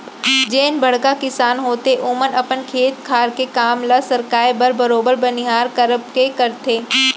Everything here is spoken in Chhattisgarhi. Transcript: जेन बड़का किसान होथे ओमन अपन खेत खार के काम ल सरकाय बर बरोबर बनिहार करबे करथे